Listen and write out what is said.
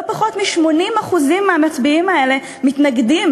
לא פחות מ-80% מהמצביעים האלה מתנגדים